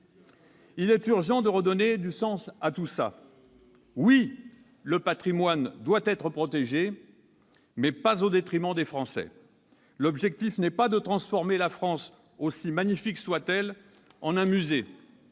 Il est urgent de redonner du sens à tout ça : oui, le patrimoine doit être protégé, mais pas au détriment des Français ! L'objectif n'est pas de transformer la France, aussi magnifique soit-elle, en un musée.